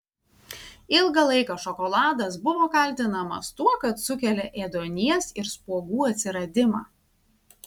ilgą laiką šokoladas buvo kaltinamas tuo kad sukelia ėduonies ir spuogų atsiradimą